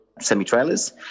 semi-trailers